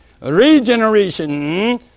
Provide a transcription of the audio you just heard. Regeneration